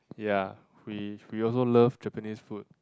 ya we we also love Japanese food